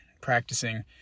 practicing